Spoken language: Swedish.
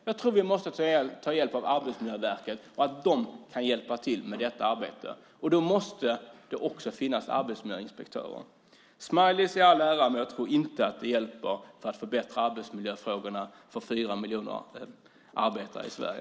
Jag tror att Arbetsmiljöverket kan hjälpa till med detta arbete, och då måste det också finnas arbetsmiljöinspektörer. Smileys i all ära, men jag tror inte att de förbättrar arbetsmiljön för fyra miljoner arbetare i Sverige.